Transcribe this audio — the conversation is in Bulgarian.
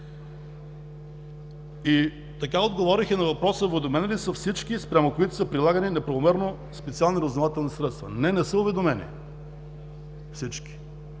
Така отговорих и на въпроса: уведомени ли са всички, спрямо които са прилагани неправомерно специални разузнавателни средства? Не, не са уведомени всички,